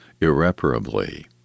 irreparably